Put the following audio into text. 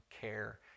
care